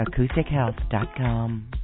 AcousticHealth.com